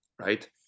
right